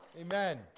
Amen